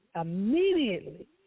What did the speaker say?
immediately